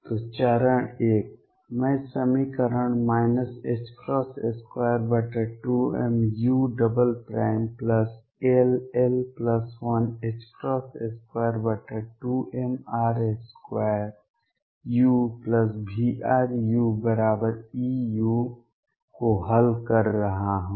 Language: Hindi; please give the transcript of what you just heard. तो चरण 1 मैं समीकरण 22mull122mr2uVruEu को हल कर रहा हूँ